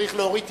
של